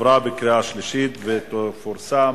עברה בקריאה שלישית ותפורסם